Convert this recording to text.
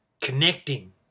connecting